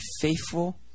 faithful